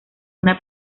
una